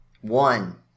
one